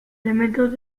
elementos